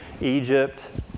Egypt